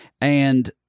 and-